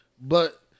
but-